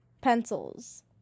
Pencils